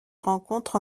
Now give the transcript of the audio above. rencontre